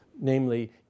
Namely